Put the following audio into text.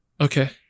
Okay